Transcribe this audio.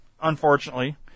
Unfortunately